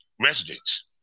residents